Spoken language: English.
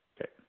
Okay